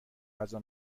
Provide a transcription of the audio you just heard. غذا